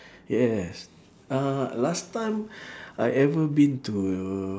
yes uh last time I ever been to